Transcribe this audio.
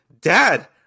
Dad